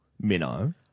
minnow